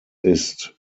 ist